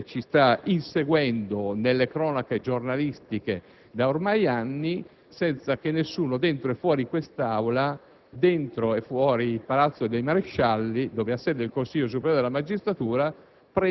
con un'inchiesta da parte del procuratore della Repubblica di Potenza, a cui fa subito seguito una dichiarazione di incompetenza di quel procuratore a conoscere la vicenda.